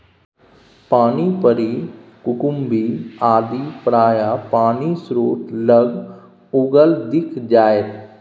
पानिपरी कुकुम्भी आदि प्रायः पानिस्रोत लग उगल दिख जाएत